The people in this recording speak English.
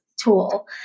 tool